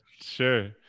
Sure